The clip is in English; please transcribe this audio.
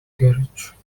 garage